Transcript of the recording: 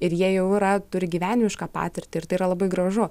ir jie jau yra turi gyvenimišką patirtį ir tai yra labai gražu